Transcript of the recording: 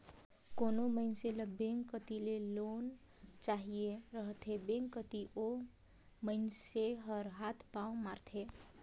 कोनो मइनसे ल बेंक कती ले लोन चाहिए रहथे बेंक कती ओ मइनसे हर हाथ पांव मारथे